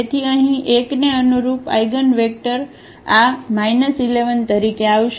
તેથી અહીં 1 ને અનુરૂપ આઇગનવેક્ટર આ 1 1 તરીકે આવશે